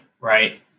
right